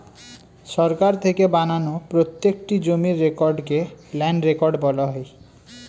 সরকার থেকে বানানো প্রত্যেকটি জমির রেকর্ডকে ল্যান্ড রেকর্ড বলা হয়